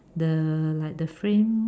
the like the frame